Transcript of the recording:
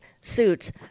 suits